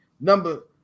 Number